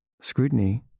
scrutiny